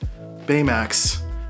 Baymax